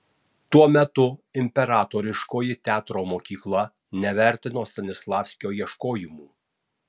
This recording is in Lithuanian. tuo metu imperatoriškoji teatro mokykla nevertino stanislavskio ieškojimų